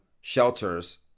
shelters